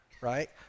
right